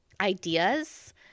ideas